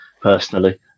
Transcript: personally